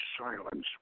silence